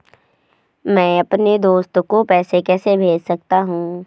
मैं अपने दोस्त को पैसे कैसे भेज सकता हूँ?